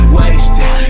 wasted